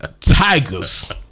Tigers